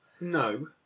No